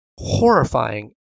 horrifying